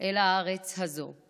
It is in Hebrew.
אל הארץ הזאת.